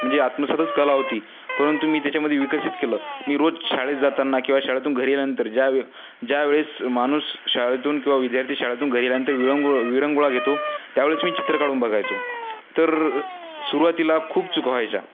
म्हणजे आत्मसातच कला होती परंतु मी त्याच्यामध्ये विकसित केलं मी रोज शाळेत जाताना किंवा शाळेतून घरी आल्यानंतर ज्याव ज्यावेळेस माणूस शाळेतून किंवा विद्यार्थी शाळेतून घरी आल्यानंतर विरंगुळ विरंगुळा घेतो त्यावेळेस मी चित्र काढून बघायचो तर सुरुवातीला खूप चुका व्हायच्या